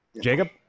jacob